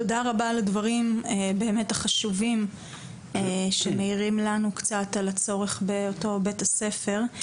תודה רבה על הדברים החשובים שמאירים לנו קצת על הצורך באותו בית ספר.